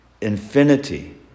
infinity